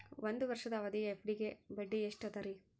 ಒಂದ್ ವರ್ಷದ ಅವಧಿಯ ಎಫ್.ಡಿ ಗೆ ಬಡ್ಡಿ ಎಷ್ಟ ಅದ ರೇ?